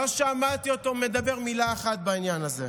לא שמעתי אותו מדבר מילה אחת בעניין הזה.